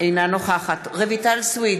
אינה נוכחת רויטל סויד,